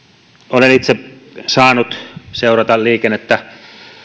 olen itse saanut seurata liikennettä